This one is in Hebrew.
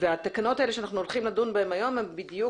והתקנות האלו שאנחנו הולכים לדון בהן היום הן בדיוק